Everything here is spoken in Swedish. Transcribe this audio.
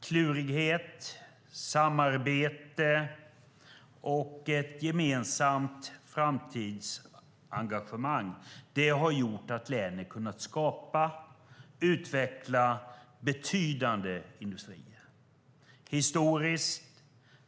Klurighet, samarbete och ett gemensamt framtidsengagemang har gjort att länet har kunnat skapa och utveckla betydande industrier.